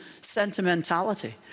sentimentality